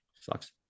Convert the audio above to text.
Sucks